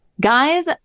Guys